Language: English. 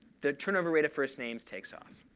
the turnover rate of first names takes off.